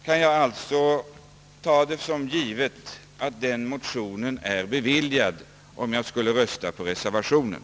Kan jag alltså, herr Brandt, ta för givet att motionen bifalles om jag röstar på reservationen?